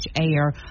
air